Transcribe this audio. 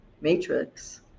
matrix